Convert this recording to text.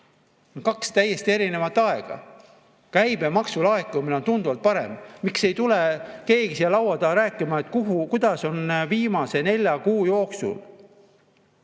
kaks täiesti erinevat aega. Käibemaksu laekumine on tunduvalt parem. Miks ei tule keegi siia laua taha rääkima, kuidas on viimase nelja kuu jooksul